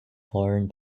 foreign